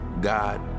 God